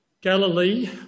Galilee